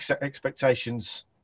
expectations